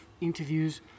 interviews